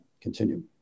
continue